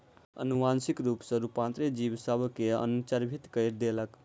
अनुवांशिक रूप सॅ रूपांतरित जीव सभ के अचंभित कय देलक